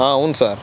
అవును సార్